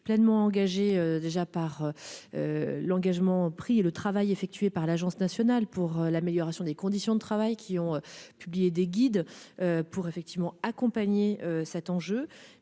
pleinement engagé déjà par l'engagement pris et le travail effectué par l'Agence nationale pour l'amélioration des conditions de travail qui ont publié des guides pour effectivement accompagner cet enjeu